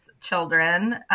children